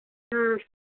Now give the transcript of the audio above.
हाँ